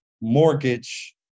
mortgage